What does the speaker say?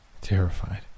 terrified